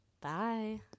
Bye